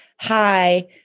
hi